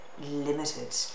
limited